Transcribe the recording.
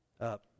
up